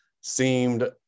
seemed